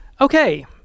Okay